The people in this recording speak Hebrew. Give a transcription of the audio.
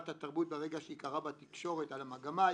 התרבות ברגע שקראה בתקשורת על המגמה,